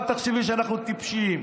אל תחשבי שאנחנו טיפשים.